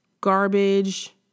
garbage